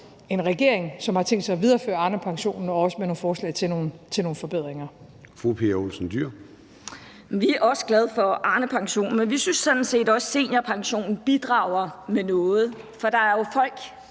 en regering, som har tænkt sig at videreføre Arnepensionen og også med nogle forslag til nogle forbedringer. Kl. 13:13 Formanden (Søren Gade): Fru Pia Olsen Dyhr. Kl. 13:13 Pia Olsen Dyhr (SF): Vi er også glade for Arnepensionen, men vi synes sådan set også, seniorpensionen bidrager med noget. For der er jo folk